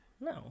No